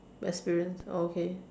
experience oh okay